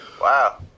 Wow